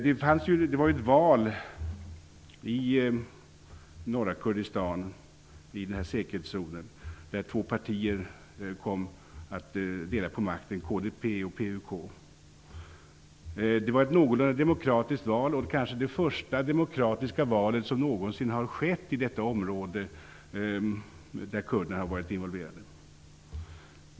Det hölls ett val i norra Kurdistan, vid säkerhetszonen. Två partier kom att dela på makten, KDP och PUK. Det var ett någorlunda demokratiskt val och kanske det första demokratiska val som någonsin har skett i detta område där kurderna har varit involverade.